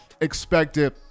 expected